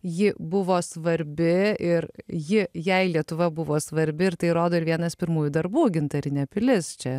ji buvo svarbi ir ji jai lietuva buvo svarbi ir tai rodo ir vienas pirmųjų darbų gintarinė pilis čia